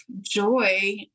joy